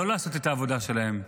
לא לעשות את העבודה שלהם.